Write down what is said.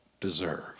deserve